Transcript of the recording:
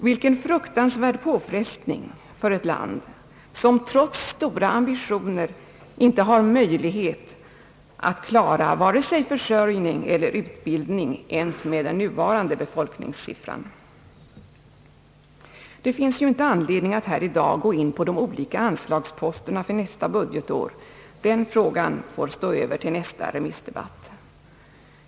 Vilken fruktansvärd påfrestning för ett land, som trots stora ambitioner inte har möjlighet att klara vare sig försörjning eller utbildning för den nuvarande befolkningen! Men det finns ju inte anledning att här i dag gå in på de olika anslagsposterna för nästa budgetår, den frågan får stå över till nästa remissdebatt.